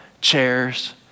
chairs